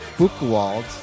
Buchwald